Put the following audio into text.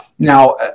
Now